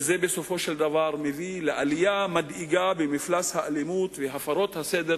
וזה בסופו של דבר מביא לעלייה מדאיגה במפלס האלימות והפרות הסדר,